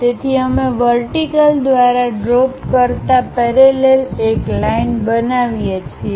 તેથી અમે વર્ટિકલ દ્વારા ડ્રોપ કરતા પેરેલલ એક લાઈનબનાવીએ છીએ